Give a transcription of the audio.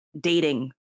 dating